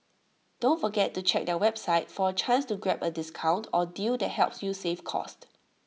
don't forget to check their website for A chance to grab A discount or deal that helps you save cost